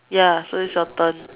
ya so it's your turn